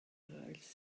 eraill